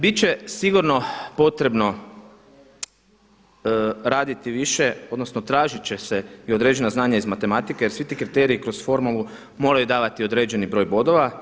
Bit će sigurno potrebno raditi više, odnosno tražit će se i određena znanja iz matematike jer svi ti kriteriji kroz formulu moraju davati određeni broj bodova.